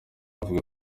avuga